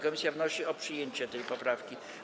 Komisja wnosi o przyjęcie tej poprawki.